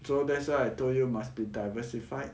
so that's why I told you must be diversified